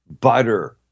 Butter